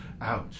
ouch